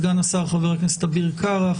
סגן השר חבר הכנסת אביר קארה,